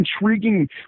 intriguing